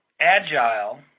agile